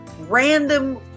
random